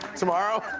tomorrow?